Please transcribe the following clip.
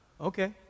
Okay